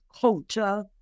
culture